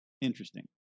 Interesting